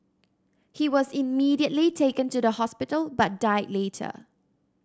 he was immediately taken to the hospital but died later